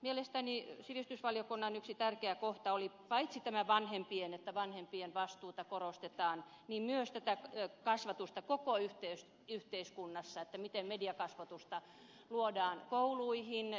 mielestäni sivistysvaliokunnan yksi tärkeä kohta oli paitsi tämä että vanhempien vastuuta korostetaan myös se että tätä kasvatusta korostetaan koko yhteiskunnassa miten mediakasvatusta luodaan kouluihin